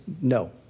no